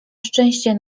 szczęście